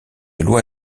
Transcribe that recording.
loi